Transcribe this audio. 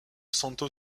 santo